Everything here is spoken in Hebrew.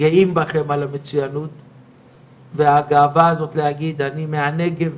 גאים בכם על המצוינות והגאווה להגיד אני מהנגב,